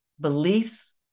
beliefs